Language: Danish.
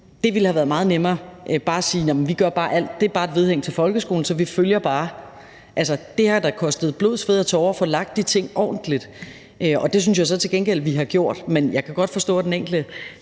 det ville have meget nemmere bare sige, at det bare er et vedhæng til folkeskolen, så vi følger bare den. Det har da kostet blod, sved og tårer at få lagt de ting ordentligt, og det synes jeg så til gengæld vi har gjort. Men jeg kan godt forstå, at den enkelte,